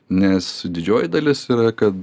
nes didžioji dalis yra kad